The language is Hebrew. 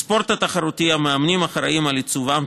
בספורט התחרותי המאמנים אחראים לעיצובם,